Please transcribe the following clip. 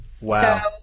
Wow